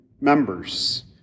members